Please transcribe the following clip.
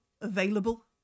available